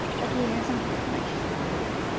but he hasn't had much schooling.